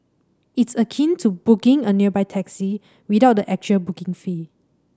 it's akin to 'booking' a nearby taxi without the actual booking fee